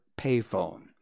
payphone